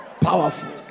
Powerful